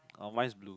oh mine is blue